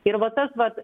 ir va tas vat